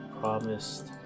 promised